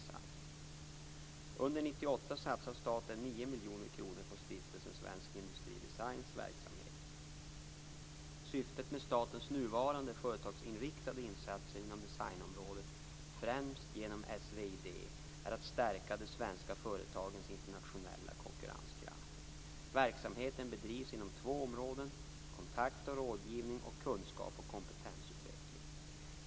Under 1998 satsar staten 9 miljoner kronor på Stiftelsen Svensk Industridesigns, SVID:s, verksamhet. Syftet med statens nuvarande företagsinriktade insatser inom designområdet, främst genom SVID, är att stärka de svenska företagens internationella konkurrenskraft. Verksamheten bedrivs inom två områden: kontakt och rådgivning och kunskaps och kompetensutveckling.